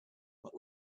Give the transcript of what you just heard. what